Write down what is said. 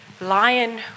lion